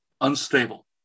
unstable